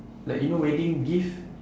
like you know wedding gift